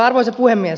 arvoisa puhemies